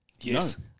Yes